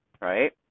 right